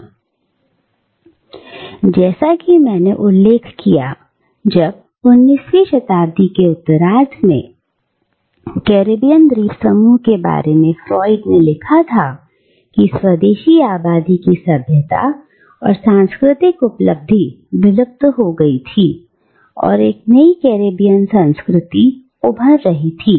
हालांकि जैसा कि मैंने उल्लेख किया जब 19वीं शताब्दी के उत्तरार्ध में कैरेबियन द्वीप समूह के बारे में फ्रायड ने लिखा था कि स्वदेशी आबादी की सभ्यता और सांस्कृतिक उपलब्धि विलुप्त हो गई थी और एक नई कैरेबियन संस्कृति उभर रही थी